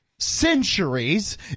Centuries